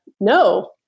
No